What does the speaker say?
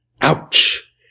Ouch